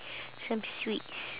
some sweets